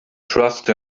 trust